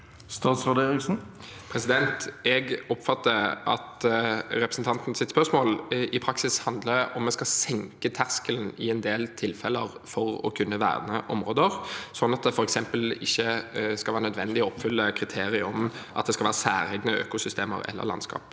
Bjelland Eriksen Jeg oppfatter at representantens spørsmål i praksis handler om hvorvidt vi skal senke terskelen i en del tilfeller for å kunne verne områder, sånn at det f.eks. ikke skal være nødvendig å oppfylle kriteriet om at det skal være særegne økosystemer eller landskap.